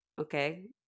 Okay